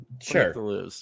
Sure